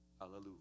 Hallelujah